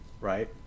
right